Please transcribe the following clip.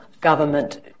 government